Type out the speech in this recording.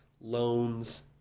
loans